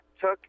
took